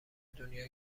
دنیا